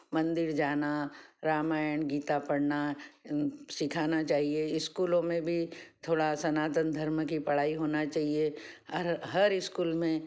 मंदिर जाना रामायण गीता पढ़ना सीखाना चाहिए स्कूलों में भी थोड़ा सनातन धर्म की पढ़ाई होना चाहिए हर हर स्कूल में